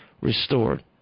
restored